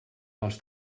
dels